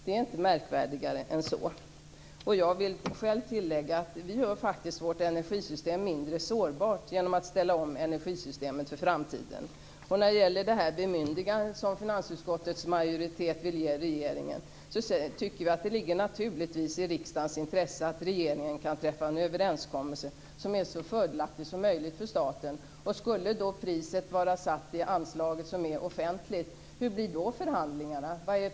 Det är inte märkvärdigare än så. Jag vill själv tillägga att vi faktiskt gör vårt energisystem mindre sårbart genom att ställa om energisystemet för framtiden. Vad gäller det bemyndigande som finansutskottets majoritet vill ge regeringen ligger det naturligtvis i riksdagens intresse att regeringen kan träffa en överenskommelse som är så fördelaktig som möjligt för staten. Om priset vore satt i anslaget, som är offentligt, hur skulle då förhandlingarna bli?